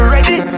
Ready